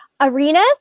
Arenas